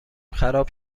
خراب